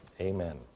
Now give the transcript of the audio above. Amen